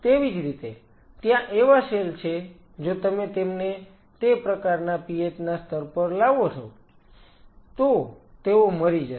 તેવી જ રીતે ત્યાં એવા સેલ છે જો તમે તેમને તે પ્રકારના pH ના સ્તર પર લાવો છો તો તેઓ મરી જશે